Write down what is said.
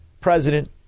president